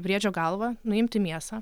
briedžio galvą nuimti mėsą